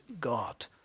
God